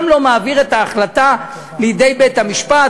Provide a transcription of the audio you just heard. גם לא מעביר את ההחלטה לידי בית-המשפט,